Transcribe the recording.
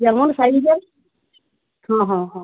যেমন সাইজ দেন হাঁ হঁ হঁ